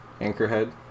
Anchorhead